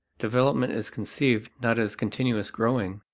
development is conceived not as continuous growing,